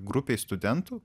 grupei studentų